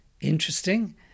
Interesting